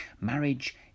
Marriage